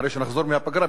אחרי שנחזור מהפגרה.